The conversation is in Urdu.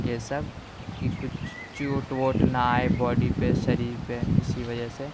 یہ سب کہ کچھ چوٹ ووٹ نہ آئے باڈی پہ شریر پہ اسی وجہ سے